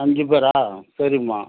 அஞ்சு பேரா சரிங்கம்மா